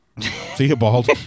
Theobald